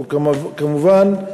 וכמובן,